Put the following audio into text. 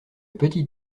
petit